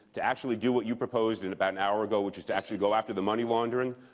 to actually do what you proposed and about an hour ago, which is to actually go after the money laundering,